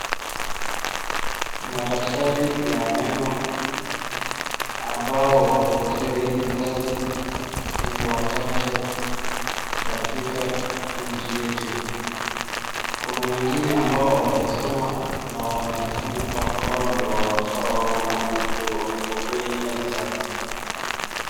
Madaktari ya meno ambao wamebobea hizi kazi ni wachache katika nchi yetu. Kuna wengine ambao hawajasoma na wanajifanya ka wao ndio wamebobea hii kazi sana.